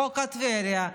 חוק טבריה,